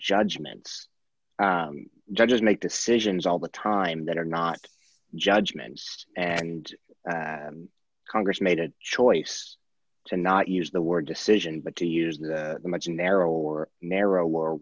judgments judges make decisions all the time that are not judgments and congress made a choice to not use the word decision but to use that much narrower or narrow